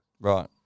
right